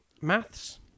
Maths